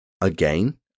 Again